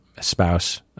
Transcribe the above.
spouse